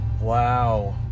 Wow